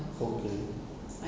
okay